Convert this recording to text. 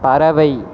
பறவை